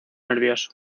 nervioso